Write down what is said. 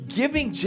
giving